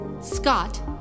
Scott